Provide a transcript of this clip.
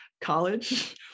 college